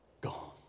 gone